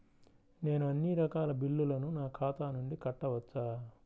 నేను అన్నీ రకాల బిల్లులను నా ఖాతా నుండి కట్టవచ్చా?